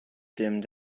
dimmed